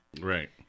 Right